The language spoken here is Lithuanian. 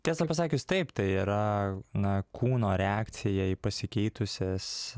tiesą pasakius taip tai yra na kūno reakcija į pasikeitusias